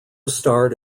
starred